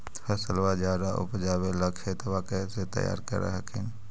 फसलबा ज्यादा उपजाबे ला खेतबा कैसे तैयार कर हखिन?